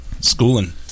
Schooling